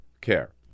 care